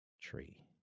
tree